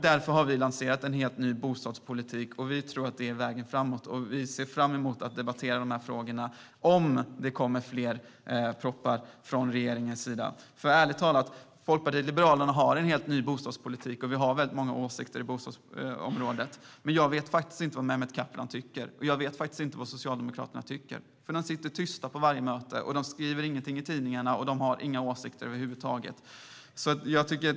Därför har vi lanserat en helt ny bostadspolitik som vi tror är vägen framåt. Vi ser fram emot att debattera dessa frågor om det kommer fler propositioner från regeringen. Folkpartiet liberalerna har en helt ny bostadspolitik, och vi har många åsikter på bostadsområdet. Men jag vet faktiskt inte vad Mehmet Kaplan eller Socialdemokraterna tycker, för de sitter tysta på varje möte, skriver ingenting i tidningarna och har över huvud taget inga åsikter.